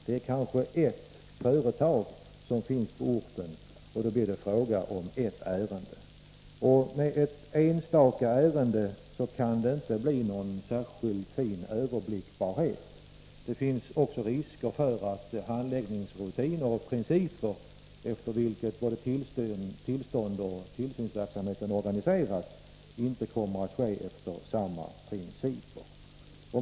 Det kanske finns ett företag på en ort, och då blir det fråga om ett ärende — och med ett enstaka ärende för en prövande myndighet kan det inte bli någon särskilt fin överblickbarhet. Det finns risk för att handläggningsrutiner och principer efter vilka tillståndsprövningen och tillsynsverksamheten organiseras inte kommer att bli likartade.